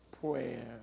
prayer